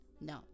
no